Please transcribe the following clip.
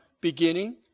beginning